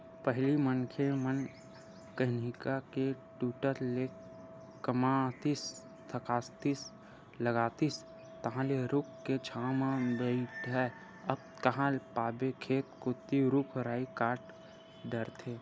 पहिली मनखे मन कनिहा के टूटत ले कमातिस थकासी लागतिस तहांले रूख के छांव म बइठय अब कांहा ल पाबे खेत कोती रुख राई कांट डरथे